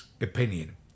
opinion